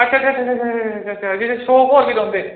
अच्छा अच्छा अच्छा जित्थै अशोक होर जी रौह्ंदे